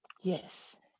Yes